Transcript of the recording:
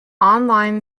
online